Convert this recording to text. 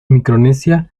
micronesia